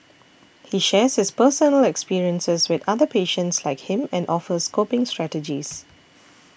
he shares his personal experiences with other patients like him and offers coping strategies